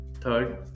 Third